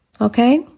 okay